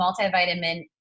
multivitamin